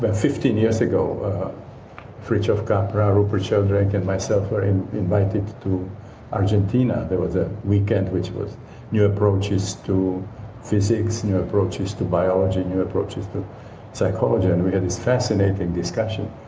but fifteen years ago fritjof capra, rupert sheldrake and myself were invited to argentina. there was a weekend which was new approaches to physics, new approaches to biology, new approaches to psychology. and we had this fascinating discussion.